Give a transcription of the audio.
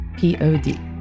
Pod